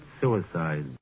suicide